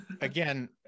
again